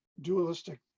dualistic